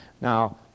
Now